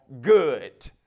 good